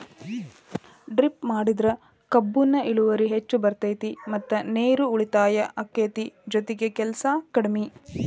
drip ಮಾಡಿದ್ರ ಕಬ್ಬುನ ಇಳುವರಿ ಹೆಚ್ಚ ಬರ್ತೈತಿ ಮತ್ತ ನೇರು ಉಳಿತಾಯ ಅಕೈತಿ ಜೊತಿಗೆ ಕೆಲ್ಸು ಕಡ್ಮಿ